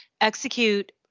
execute